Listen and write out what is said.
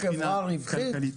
אתם חברה רווחית?